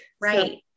Right